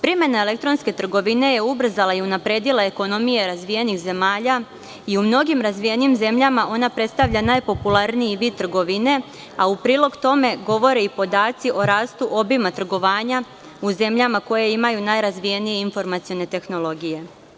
Primene elektronske trgovine je ubrzala i unapredila ekonomije razvijenih zemalja i u mnogim razvijenijim zemljama ona predstavlja najpopularniji vid trgovine, a u prilog tome govore i podaci o rastu obima trgovanja u zemljama koje imaju najrazvijenije informacione tehnologije.